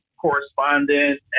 correspondent